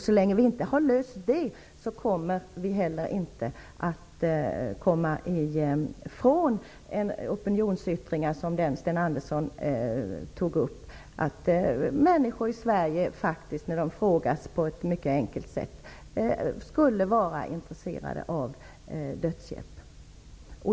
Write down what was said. Så länge som vi inte har löst det problemet kan vi inte heller komma ifrån en opinionsyttring av det slag som Sten Andersson tog upp, dvs. att människor i Sverige när de tillfrågas på ett enkelt sätt är intresserade av dödshjälp.